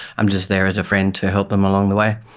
i'm just there as a friend to help them along the way,